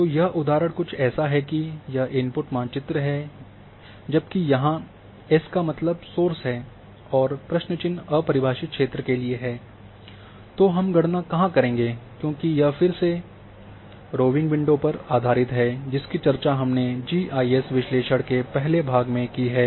तो यह उदाहरण कुछ ऐसा है कि यह इनपुट मानचित्र है जबकि यहाँ एस का मतलब सोर्स है और प्रश्न चिह्न अपरिभाषित क्षेत्र के लिए है तो हम गणना कहाँ करेंगे क्योंकि यह फिर से यह रोइंग विंडो पर आधारित है जिसकी चर्चा हमने जी आई एस विश्लेषण के पहले भाग में की है